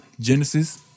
Genesis